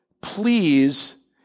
please